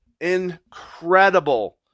Incredible